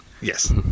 Yes